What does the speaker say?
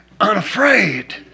unafraid